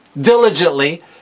diligently